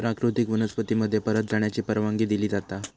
प्राकृतिक वनस्पती मध्ये परत जाण्याची परवानगी दिली जाता